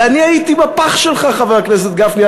ואני הייתי בפח שלך, חבר הכנסת גפני.